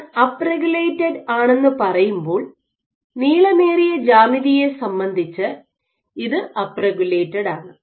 ഞാൻ up regulated ആണെന്ന് പറയുമ്പോൾ നീളമേറിയ ജ്യാമിതിയെ സംബന്ധിച്ച് ഇത് അപ്പ് റെഗുലേറ്റഡ് ആണ്